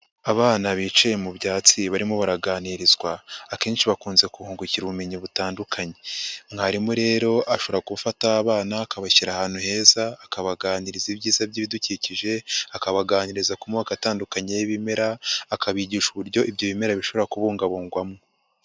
Abana bicaye mu byatsi barimo baraganirizwa, akenshi bakunze kuhungungukira ubumenyi butandukanye. Mwarimu rero ashobora gufata abana akabashyira ahantu heza, akabaganiriza ibyiza by'ibidukikije, akabaganiriza ku moko atandukanye y'ibimera, akabigisha uburyo ibyo bimera bishobora kubungabungwamo.